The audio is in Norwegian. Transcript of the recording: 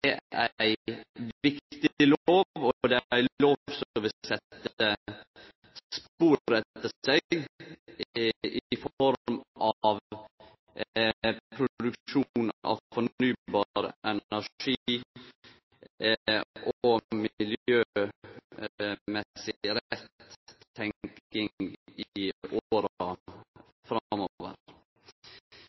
er ei viktig lov, og det er ei lov som vil setje spor etter seg i form av produksjon av fornybar energi og miljømessig rett tenking i